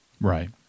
Right